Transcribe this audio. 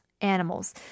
animals